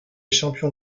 champion